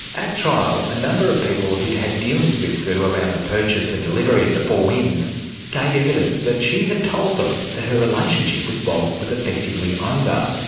at trial, a number of people who had dealings with sue around the purchase and delivery of the four winds gave evidence that she had told them that her relationship with bob was effectively over.